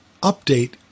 update